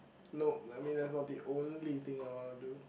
nope I mean that's not the only thing I want to do